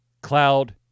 cloud